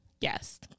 Yes